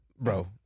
bro